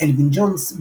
אלווין ג'ונס,